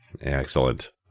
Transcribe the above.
Excellent